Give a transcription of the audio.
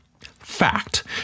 Fact